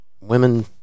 women